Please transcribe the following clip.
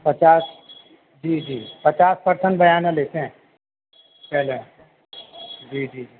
پچاس جی جی پچاس پرسنٹ بیعانہ لیتے ہیں پہلے جی جی